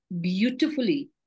beautifully